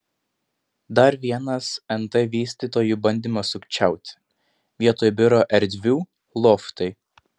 dar vienas nt vystytojų bandymas sukčiauti vietoj biuro erdvių loftai